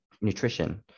nutrition